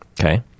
okay